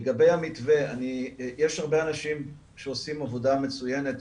לגבי המתווה, יש הרבה אנשים שעושים עבודה מצוינת.